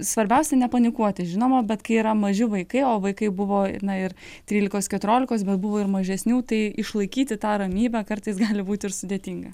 svarbiausia nepanikuoti žinoma bet kai yra maži vaikai o vaikai buvo na ir trylikos keturiolikos bet buvo ir mažesnių tai išlaikyti tą ramybę kartais gali būti ir sudėtinga